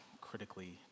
critically